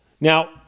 Now